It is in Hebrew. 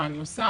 מה אני עושה,